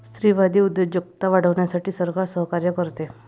स्त्रीवादी उद्योजकता वाढवण्यासाठी सरकार सहकार्य करते